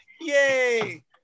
Yay